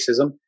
racism